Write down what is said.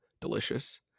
delicious